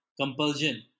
compulsion